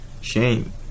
shame